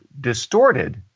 distorted